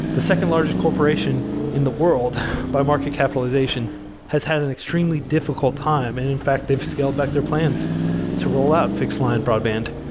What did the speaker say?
the second largest corporation in the world by market capitalization has had an extremely difficult time. and in fact, they've scaled back their plans to roll out fixed line broadband,